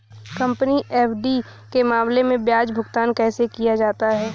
Company FD के मामले में ब्याज भुगतान कैसे किया जाता है?